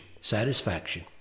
satisfaction